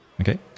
Okay